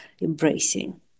embracing